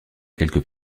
quelques